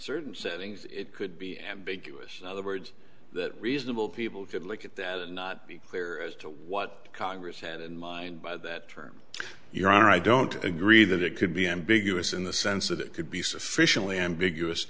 certain settings it could be ambiguous other words that reasonable people could look at that and not be clear as to what congress had in mind by that term your honor i don't agree that it could be ambiguous in the sense that it could be sufficiently ambiguous